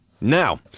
Now